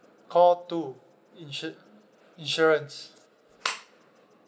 call two insu~ insurance